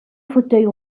fauteuil